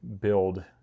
build